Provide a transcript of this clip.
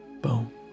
Boom